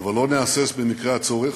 אבל לא נהסס במקרה הצורך,